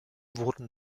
wurden